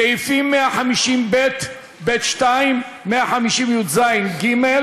סעיפים 150ב(ב)(2), 150יז(ג),